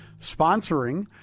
sponsoring